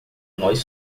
nós